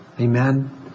Amen